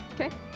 Okay